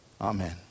Amen